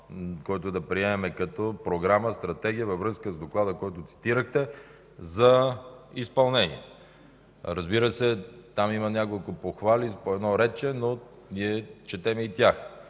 който да приемем като програма, като стратегия във връзка с Доклада, който цитирахте, за изпълнение. Разбира се, там има няколко похвали с по едно редче, но ние четем и тях,